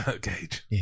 Gage